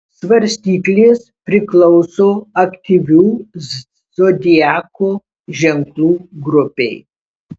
svarstyklės priklauso aktyvių zodiako ženklų grupei